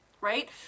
right